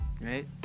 Right